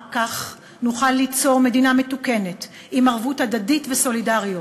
רק כך נוכל ליצור מדינה מתוקנת עם ערבות הדדית וסולידריות.